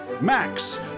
Max